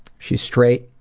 she's straight,